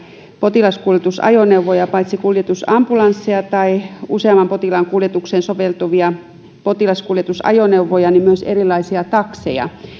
potilaskuljetusajoneuvoja paitsi kuljetusambulansseja tai useamman potilaan kuljetukseen soveltuvia potilaskuljetusajoneuvoja myös erilaisia takseja